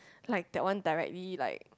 like that one directly like